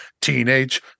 teenage